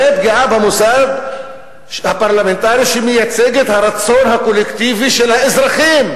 זה פגיעה במוסד הפרלמנטרי שמייצג את הרצון הקולקטיבי של האזרחים.